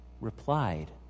replied